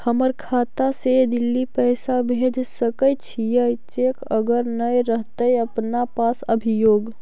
हमर खाता से दिल्ली पैसा भेज सकै छियै चेक अगर नय रहतै अपना पास अभियोग?